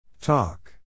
Talk